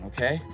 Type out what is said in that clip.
Okay